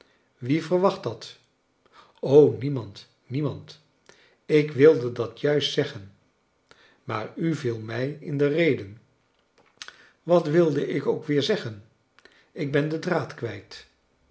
jwie verwacht dat o niemand niemand ik wilde dat juist zeggen maar u viel mij in de rede wat wilde ik ook weer zeggen ik ben den draad kwijt